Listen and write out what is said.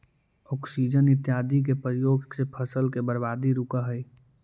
auxin इत्यादि के प्रयोग से फसल के बर्बादी रुकऽ हई